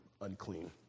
unclean